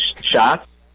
shots